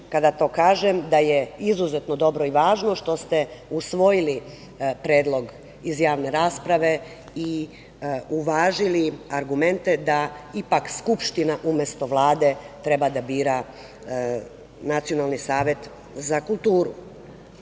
kada to kažem, da je izuzetno dobro i važno što ste usvojili predlog iz javne rasprave i uvažili argumente da ipak Skupština umesto Vlade treba da bira Nacionalni savet za kulturu. Druga